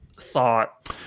thought